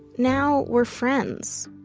now, we're friends.